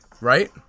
right